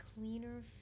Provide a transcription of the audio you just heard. cleaner